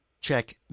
Check